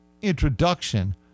introduction